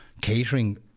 catering